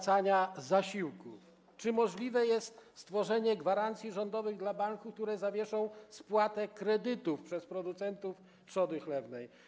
Czy możliwe jest stworzenie gwarancji rządowych dla banków, które zawieszą spłatę kredytów przez producentów trzody chlewnej?